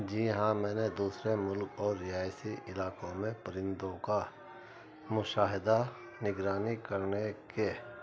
جی ہاں میں نے دوسرے ملک اور رہایشی علاقوں میں پرندوں کا مشاہدہ نگرانی کرنے کے